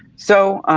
so